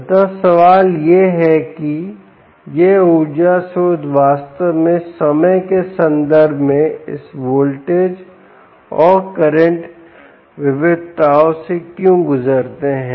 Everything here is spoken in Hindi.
तथा सवाल यह है कि ये ऊर्जा स्रोत वास्तव में समय के संदर्भ में इस वोल्टेज और करंट विविधताओं से क्यों गुजरते हैं